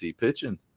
pitching